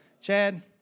Chad